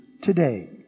today